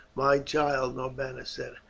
my child, norbanus said,